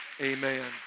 Amen